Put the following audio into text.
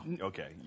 Okay